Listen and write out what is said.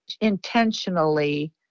intentionally